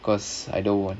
because either one